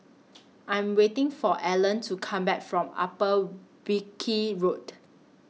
I'm waiting For Alan to Come Back from Upper Wilkie Road